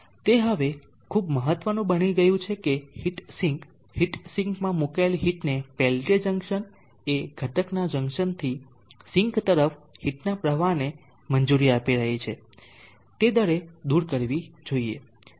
તે હવે ખૂબ મહત્વનું બની ગયું છે કે હીટ સિંક હીટ સિંકમાં મુકાયેલી હીટને પેલ્ટીયર જંકશન એ ઘટકના જંકશનથી સિંક તરફ હીટના પ્રવાહને મંજૂરી આપી રહી છે તે દરે દૂર કરવી જોઈએ